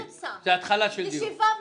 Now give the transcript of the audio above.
זו התחלה של דיון.